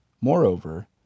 Moreover